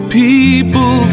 people